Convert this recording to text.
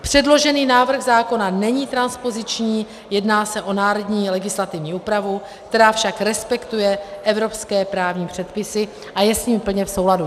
Předložený návrh zákona není transpoziční, jedná se o národní legislativní úpravu, která však respektuje evropské právní předpisy a je s nimi plně v souladu.